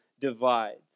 divides